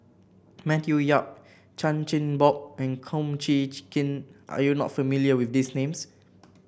Matthew Yap Chan Chin Bock and Kum Chee Chee Kin are you not familiar with these names